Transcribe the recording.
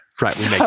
Right